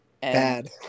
Bad